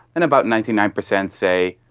and about ninety nine percent say,